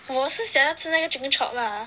我是想吃那个 chicken chop ah